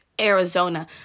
arizona